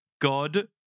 God